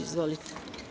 Izvolite.